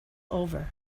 over